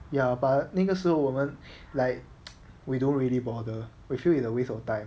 ya but 那个时候我们 like we don't really bother we feel it's a waste of time